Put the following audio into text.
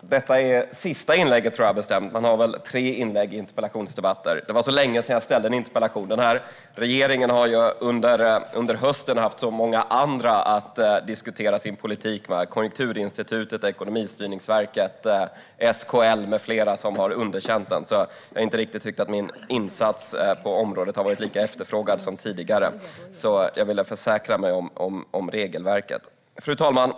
Detta är det sista inlägget, tror jag bestämt; man har väl tre inlägg i interpellationsdebatter. Det var så länge sedan jag ställde en interpellation. Denna regering har ju under hösten haft så många andra att diskutera sin politik med: Konjunkturinstitutet, Ekonomistyrningsverket, SKL med flera, som har underkänt den. Jag har därför inte tyckt att min insats på området har varit lika efterfrågad som tidigare och ville försäkra mig om regelverket. Fru talman!